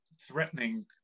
threatening